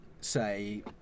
say